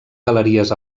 galeries